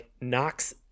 knocks